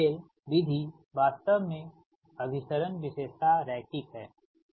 Gauss Seidel विधि वास्तव में अभिसरण विशेषता रैखिक है